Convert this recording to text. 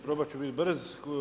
Probat ću bit brz.